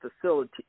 facility